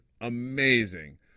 amazing